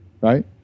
right